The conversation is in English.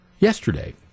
yesterday